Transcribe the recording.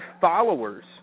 followers